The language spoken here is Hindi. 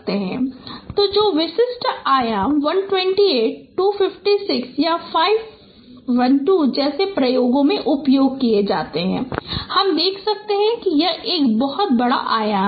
तो जो विशिष्ट आयाम 128 256 512 जैसे प्रयोगों में उपयोग किए जाते हैं हम देख सकते हैं कि यह एक बहुत बड़ा आयाम है